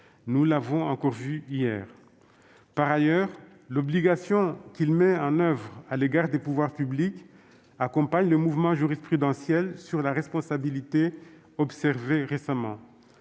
nous l'avons encore vu hier. Par ailleurs, l'obligation à laquelle le texte soumet les pouvoirs publics accompagne le mouvement jurisprudentiel sur la responsabilité, observé récemment.